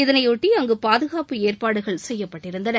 இதனையொட்டி அங்கு பாதுகாப்பு ஏற்பாடுகள் செய்யப்பட்டிருந்தன